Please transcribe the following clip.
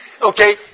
Okay